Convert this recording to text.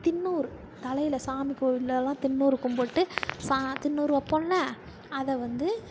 தின்னூர் தலையில் சாமி கோயிலலாம் தின்னூர் கும்பிட்டு சா தின்னூர் வப்போம்ல்ல அதை வந்து